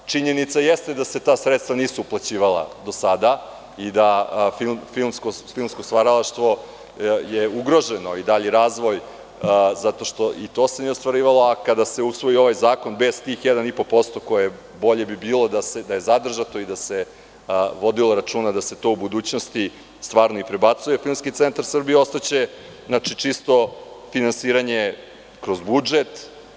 Činjenica jeste da se ta sredstva nisu uplaćivala do sada i filmsko stvaralaštvo je ugroženo i dalji razvoj, zato što se i to nije ostvarivalo, a kada se usvoji ovaj zakon bez tih 1,5%, bolje bi bilo da je zadržano i da se vodilo računa i da se u budućnosti stvarno prebacuje u Filmski centar Srbije i ostaće čisto finansiranje kroz budžet.